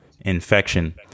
infection